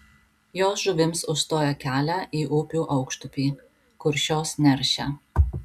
jos žuvims užstoja kelia į upių aukštupį kur šios neršia